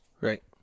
Right